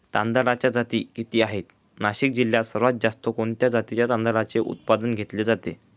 तांदळाच्या जाती किती आहेत, नाशिक जिल्ह्यात सर्वात जास्त कोणत्या जातीच्या तांदळाचे उत्पादन घेतले जाते?